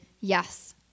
yes